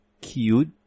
cute